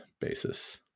basis